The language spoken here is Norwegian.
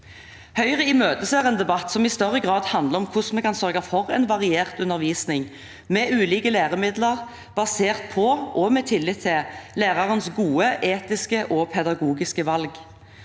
Høyre imøteser en debatt som i større grad handler om hvordan vi kan sørge for en variert undervisning, med ulike læremidler, basert på og med tillit til lærernes gode, etiske og pedagogiske valg.